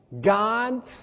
God's